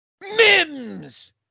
Mims